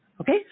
Okay